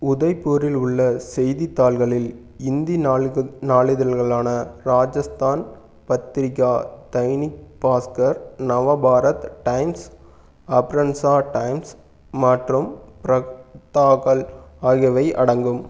உதய்பூரில் உள்ள செய்தித்தாள்களில் இந்தி நாளிதழ் நாளிதழ்களான ராஜஸ்தான் பத்திரிகா தைனிக் பாஸ்கர் நவபாரத் டைம்ஸ் அப்ரன்சா டைம்ஸ் மற்றும் பிரத்தாகல் ஆகியவை அடங்கும்